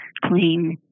clean